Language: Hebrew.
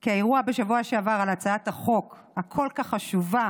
כי האירוע בשבוע שעבר על הצעת החוק הכל-כך חשובה